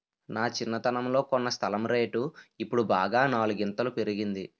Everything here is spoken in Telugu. నా చిన్నతనంలో కొన్న స్థలం రేటు ఇప్పుడు బాగా నాలుగింతలు పెరిగింది